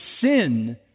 sin